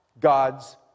God's